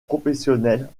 professionnelle